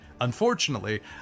Unfortunately